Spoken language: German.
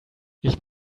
ich